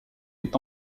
est